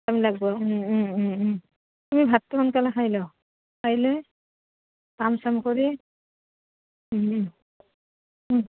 তুমি ভাতটো সোনকালে খাই লওঁ খাই লৈ কাম চাম কৰি